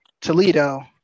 Toledo